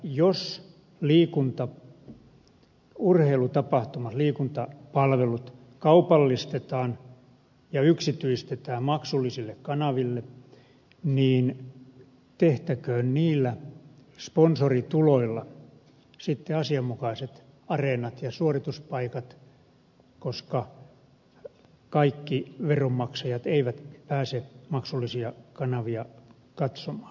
jos liikunta urheilutapahtumat liikuntapalvelut kaupallistetaan ja yksityistetään maksullisille kanaville niin tehtäköön niillä sponsorituloilla sitten asianmukaiset areenat ja suorituspaikat koska kaikki veronmaksajat eivät pääse maksullisia kanavia katsomaan